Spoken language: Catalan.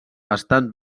estan